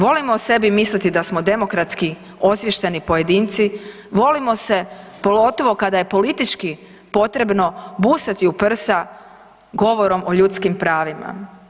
Volimo o sebi misliti da smo demokratski osviješteni pojedinci, volimo se pogotovo kada je politički potrebno busati u prsa govorom o ljudskim pravima.